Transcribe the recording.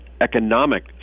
economic